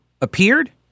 appeared